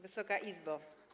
Wysoka Izbo!